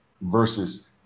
versus